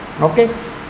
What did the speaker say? okay